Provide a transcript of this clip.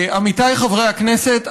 עמיתיי חברי הכנסת,